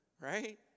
Right